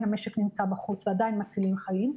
המשק נמצא בחוץ ועדיין מצילים חיים,